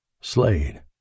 Slade